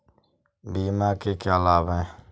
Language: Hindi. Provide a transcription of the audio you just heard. बीमा के क्या लाभ हैं?